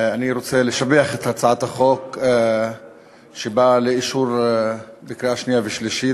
אני רוצה לשבח את הצעת החוק שבאה לאישור בקריאה שנייה ושלישית.